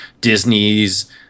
Disney's